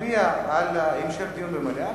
מצביע על המשך דיון במליאה.